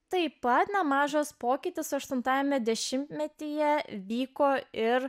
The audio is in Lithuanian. taip pat nemažas pokytis aštuntajame dešimtmetyje vyko ir